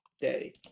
day